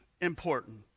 important